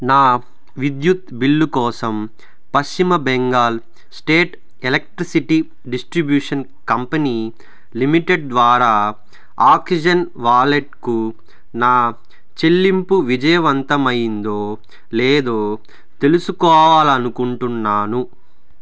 నా విద్యుత్ బిల్లు కోసం పశ్చిమ Bengal state electricity distribution company limited ద్వారా ఆక్సిజెన్ వాలెట్కు నా చెల్లింపు విజయవంతమైందో లేదో తెలుసుకోవాలి అనుకుంటున్నాను